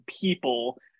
people